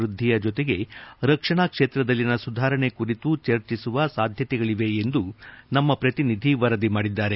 ವ್ಪದ್ಲಿಯ ಜೊತೆಗೆ ರಕ್ಷಣಾ ಕ್ಷೇತ್ರದಲ್ಲಿನ ಸುಧಾರಣೆ ಕುರಿತು ಚರ್ಚಿಸುವ ಸಾಧ್ಯತೆಗಳಿವೆ ಎಂದು ನಮ್ಮ ಪ್ರತಿನಿಧಿ ವರದಿ ಮಾಡಿದ್ದಾರೆ